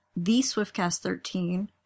TheSwiftCast13